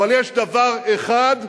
אבל יש דבר אחד,